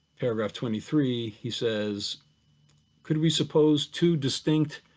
paragraph twenty three, he says could we suppose two distinct,